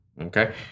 okay